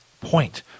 point